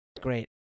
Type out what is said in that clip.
Great